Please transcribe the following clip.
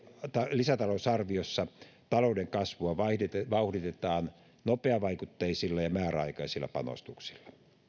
lisätalousarviossa talouden kasvua vauhditetaan nopeavaikutteisilla ja määräaikaisilla panostuksilla